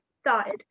started